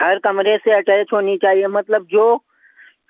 हर कमरे से अटैच होनी चाहिए मतलब जो